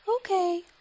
Okay